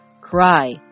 cry